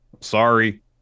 Sorry